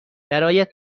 برایت